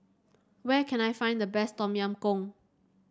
where can I find the best Tom Yam Goong